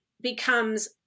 becomes